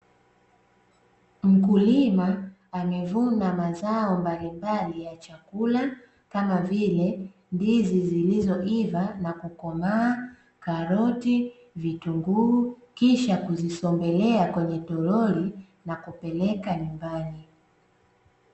Mkulima amevuna mazao mbalimbali ya chakula, kama vile ndizi zilizoiva na kukomaa karoti na vitunguu kisha kuzisombelea kwenye tolori na kupeleka nyumbani.